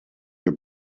your